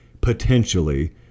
Potentially